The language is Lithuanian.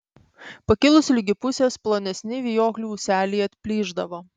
pakilus ligi pusės plonesni vijoklių ūseliai atplyšdavo